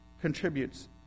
contributes